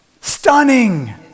stunning